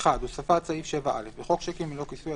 הוספת סעיף 7א 1. בחוק שיקים ללא כיסוי,